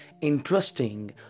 interesting